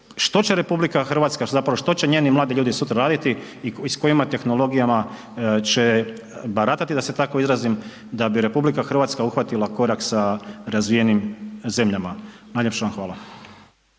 što će RH, zapravo što će njeni mladi ljudi sutra raditi i s kojim tehnologijama će baratati, da se tako izrazim da bi RH uhvatila korak sa razvijenim zemljama. Najljepša vam hvala.